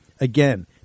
Again